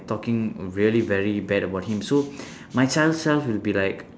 talking really very bad about him so my child self will be like